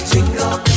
Jingle